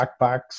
backpacks